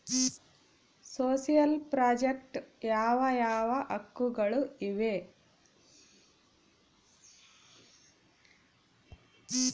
Social project ಯಾವ ಯಾವ ಹಕ್ಕುಗಳು ಇವೆ?